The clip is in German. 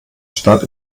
stadt